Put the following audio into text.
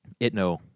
Itno